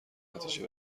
نتیجه